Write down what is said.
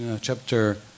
chapter